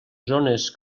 zones